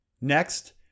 Next